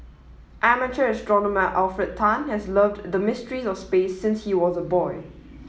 amateur astronomer Alfred Tan has loved the mysteries of space since he was a boy